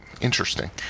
Interesting